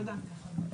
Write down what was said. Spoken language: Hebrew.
תודה.